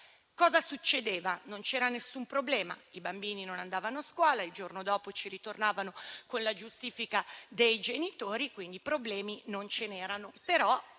Cosa succedeva? Non c'era alcun problema: i bambini non andavano a scuola e il giorno dopo ci ritornavano con la giustifica dei genitori. Quindi, problemi non ve ne erano.